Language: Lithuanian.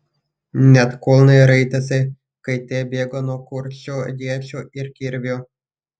net kulnai raitėsi kai tie bėgo nuo kuršių iečių ir kirvių